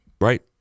right